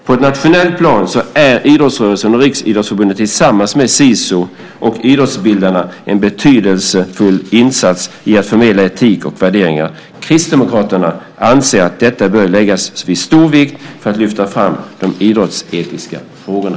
På nationellt plan är idrottsrörelsen och Riksidrottsförbundet tillsammans med SISU Idrottsutbildarna betydelsefulla när det gäller att förmedla etik och värderingar. Kristdemokraterna anser att det bör läggas stor vikt vid att lyfta fram de idrottsetiska frågorna.